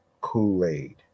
Kool-Aid